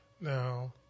Now